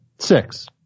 Six